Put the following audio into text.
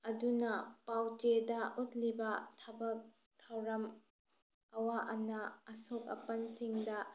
ꯑꯗꯨꯅ ꯄꯥꯎ ꯆꯦꯗ ꯎꯠꯂꯤꯕ ꯊꯕꯛ ꯊꯧꯔꯝ ꯑꯋꯥ ꯑꯅꯥ ꯑꯁꯣꯛ ꯑꯄꯟꯁꯤꯡꯗ